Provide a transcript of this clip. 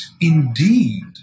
indeed